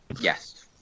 Yes